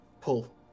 pull